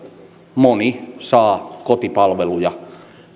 moni saa kotipalveluja